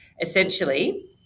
essentially